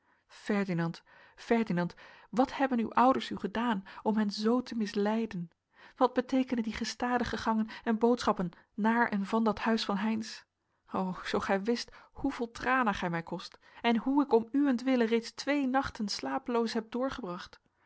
ferdinand ferdinand wat hebben uw ouders u gedaan om hen zoo te misleiden wat beteekenen die gestadige gangen en boodschappen naar en van dat huis van heynsz o zoo gij wist hoeveel tranen gij mij kost en hoe ik om uwentwille reeds twee nachten slapeloos heb doorgebracht